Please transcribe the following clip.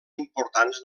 importants